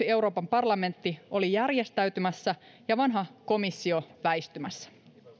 euroopan parlamentti oli järjestäytymässä ja vanha komissio väistymässä